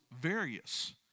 various